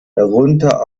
darunter